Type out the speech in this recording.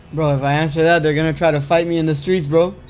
bro if i answer that they're gonna try to fight me in the streets bro!